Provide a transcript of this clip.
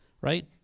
right